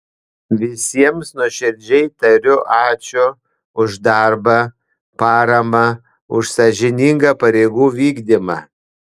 visiems nuoširdžiai tariu ačiū už darbą paramą už sąžiningą pareigų vykdymą